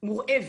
מורעבת.